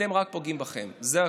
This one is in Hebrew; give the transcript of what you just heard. אתם רק פוגעים בכם, זה הכול.